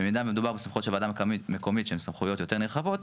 ובמידה ומדובר בסמכויות של ועדה מקומית שהן סמכויות יותר נרחבות,